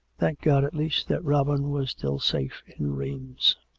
thank god, at least, that robin was still safe in rheims!